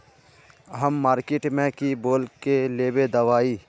हम मार्किट में की बोल के लेबे दवाई?